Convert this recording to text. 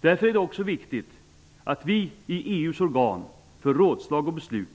Därför är det också viktigt att vi i EU:s organ för rådslag och beslut